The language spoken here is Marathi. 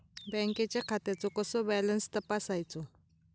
बँकेच्या खात्याचो कसो बॅलन्स तपासायचो?